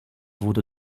wurde